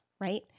right